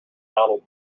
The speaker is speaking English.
donald